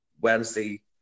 Wednesday